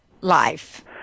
life